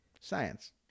science